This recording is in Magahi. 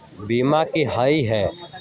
बीमा की होअ हई?